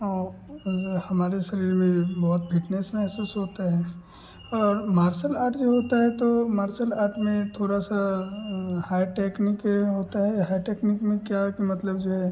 और और हमारे शरीर में भी बहुत फिटनेस महसूस होते हैं और मार्सल आर्ट जो होता है तो मार्सल आर्ट में थोड़ा सा हाई टेकनीक यह होती है हाई टेकनीक में क्या है कि मतलब जो है